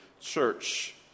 church